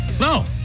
No